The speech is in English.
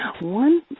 One